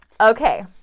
okay